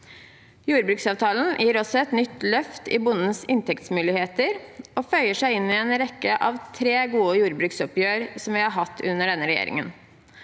Jordbruksavtalen gir også et nytt løft i bondens inntektsmuligheter og føyer seg inn i en rekke av tre gode jordbruksoppgjør som vi har hatt under denne regjeringen.